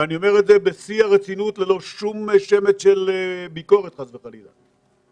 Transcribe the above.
ואני אומר בשיא הרצינות וללא שום שמץ של ביקורת חס וחלילה.